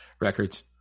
records